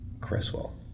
Cresswell